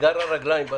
יכלו לגמור את